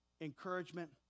encouragement